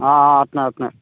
అట్నే అట్నే